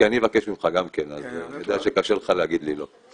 כי אני אבקש ממך גם כן ואני יודע שקשה לך להגיד לי לא.